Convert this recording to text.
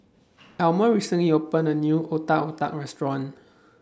Almer recently opened A New Otak Otak Restaurant